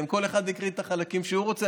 כל אחד הקריא את החלקים שהוא רוצה,